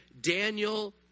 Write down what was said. Daniel